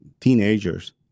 teenagers